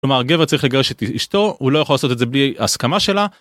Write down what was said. גבר צריך לגרש את אשתו הוא לא יכול לעשות את זה בלי ההסכמה שלה.